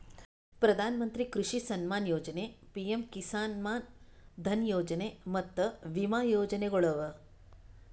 ಪ್ರಧಾನ ಮಂತ್ರಿ ಕೃಷಿ ಸಮ್ಮಾನ ಯೊಜನೆ, ಪಿಎಂ ಕಿಸಾನ್ ಮಾನ್ ಧನ್ ಯೊಜನೆ ಮತ್ತ ವಿಮಾ ಯೋಜನೆಗೊಳ್ ಅವಾ